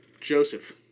Joseph